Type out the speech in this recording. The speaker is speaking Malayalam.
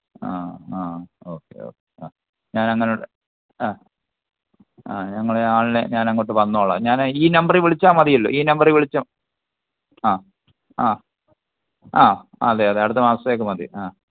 ആ ആ ഓക്കെ ഓക്കെ ആ ഞാനങ്ങനുണ്ട് ആ ആ ഞാന് പറഞ്ഞ ആളിനെ ഞാനങ്ങോട്ട് വന്നോളാം ഞാൻ ഈ നമ്പറി വിളിച്ചാൽ മതിയല്ലോ ഈ നമ്പറീ വിളിച്ചാൽ ആ ആ ആ അതെ അതെ അടുത്ത മാസത്തേയ്ക്ക് മതി ആ